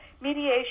mediation